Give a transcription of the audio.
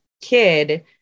kid